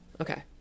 Okay